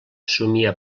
somia